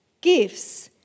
gifts